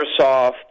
Microsoft